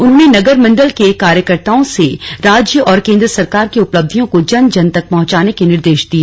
उन्होंने नगर मंडल के कार्यकर्ताओं से राज्य और केंद्र सरकार की उपलब्धियों को जन जन तक पहुंचाने के निर्देश दिए